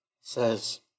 says